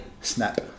Snap